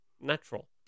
natural